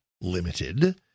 limited